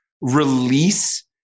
release